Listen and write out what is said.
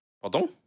pardon